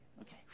Okay